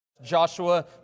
Joshua